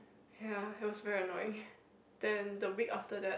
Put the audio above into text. ya it was very annoying then the week after that